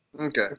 Okay